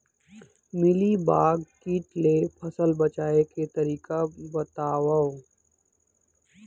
Mealybug किट ले फसल बचाए के तरीका बतावव?